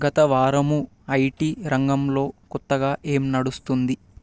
గత వారము ఐటి రంగంలో కొత్తగా ఏం నడుస్తోంది